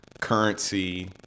currency